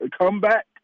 comeback